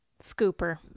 Scooper